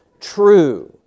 true